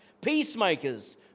peacemakers